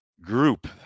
group